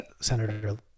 Senator